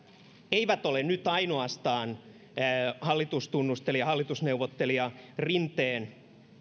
eivät ole nyt ainoastaan hallitustunnustelija hallitusneuvottelija rinteen